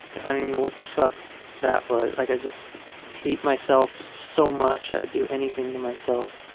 i don't even know what the fuck that was. like i just hate myself so much i would do anything to myself.